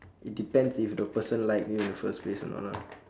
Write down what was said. it depends if the person like you in the first place or not lah